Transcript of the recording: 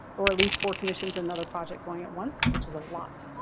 or at least four commissions and another project going at once, which is a lot.